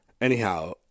anyhow